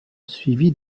suivis